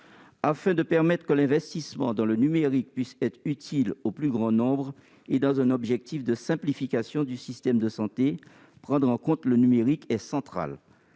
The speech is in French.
Afin de permettre que l'investissement dans le numérique puisse être utile au plus grand nombre et dans un objectif de simplification du système de santé, prendre en compte le numérique est central.